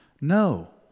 No